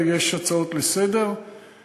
יש הצעות לסדר-היום,